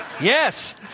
Yes